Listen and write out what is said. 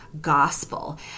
gospel